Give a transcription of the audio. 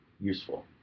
useful